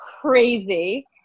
crazy